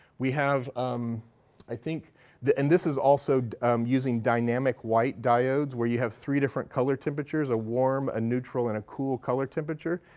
we have um i think and this is also using dynamic white diodes, where you have three different color temperatures, a warm, a neutral, and a cool color temperature.